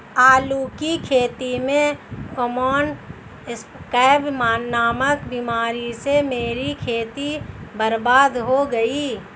आलू की खेती में कॉमन स्कैब नामक बीमारी से मेरी खेती बर्बाद हो गई